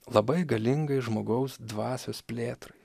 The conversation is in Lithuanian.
labai galingai žmogaus dvasios plėtrai